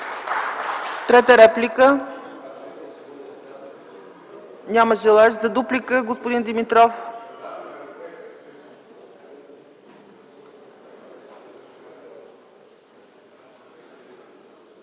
трета реплика няма желаещ. За дуплика – господин Димитров.